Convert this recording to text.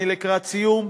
אני לקראת סיום.